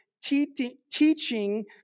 teaching